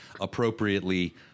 appropriately